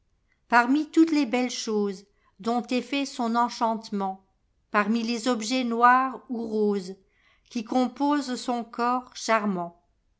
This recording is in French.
parmi toutes les belles chosesdont est fait son enchantement parmi les objets noirs ou rosesqui composent son corps charmant